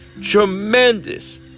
Tremendous